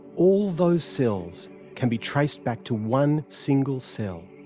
all those cells can be traced back to one single cell,